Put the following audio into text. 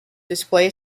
display